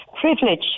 privilege